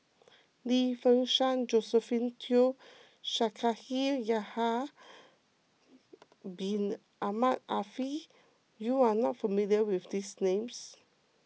Lim Fei Shen Josephine Teo Shaikh Yahya Bin Ahmed Afifi you are not familiar with these names